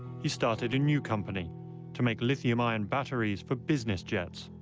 he started a new company to make lithium ion batteries for business jets.